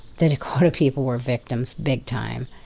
the dakota people were victims big time,